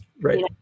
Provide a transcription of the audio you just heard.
right